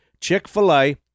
Chick-fil-A